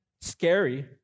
scary